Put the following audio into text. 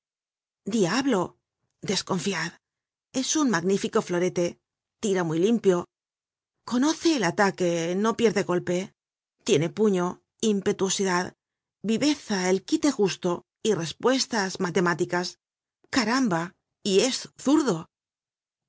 diablo desconfiad es un magnífico florete tira muy limpio conoce el ataque no pierde golpe tiene puño impetuosidad viveza el quite justo y respuestas matemáticas caramba y es zurdo